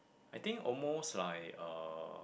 I think almost like uh